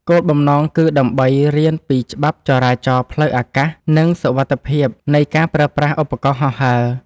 គោលបំណងគឺដើម្បីរៀនពីច្បាប់ចរាចរណ៍ផ្លូវអាកាស និងសុវត្ថិភាពនៃការប្រើប្រាស់ឧបករណ៍ហោះហើរ។